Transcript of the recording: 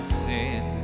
sin